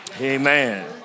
amen